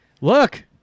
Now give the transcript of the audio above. look